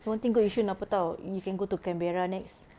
one thing good yishun apa tahu you can go to canberra next